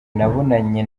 nabonanye